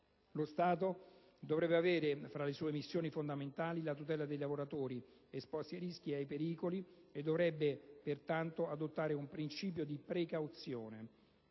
Lo Stato dovrebbe avere fra le sue missioni fondamentali la tutela dei lavoratori esposti ai rischi e ai pericoli, e dovrebbe pertanto adottare un principio di precauzione.